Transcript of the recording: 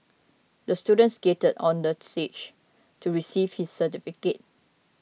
the student skated on the stage to receive his certificate